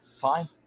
Fine